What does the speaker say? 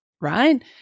right